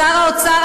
שר האוצר,